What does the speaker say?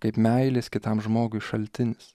kaip meilės kitam žmogui šaltinis